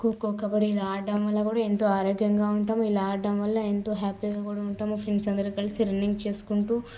ఖోఖో కబడ్డీ ఇలా ఆడడం వల్ల కూడా ఎంతో ఆరోగ్యంగా ఉంటాం ఇలా ఆడడం ఎంతో హ్యాపీగా కూడా ఉంటాము ఫ్రెండ్స్ అందరం కలిసి రన్నింగ్ చేసుకుంటు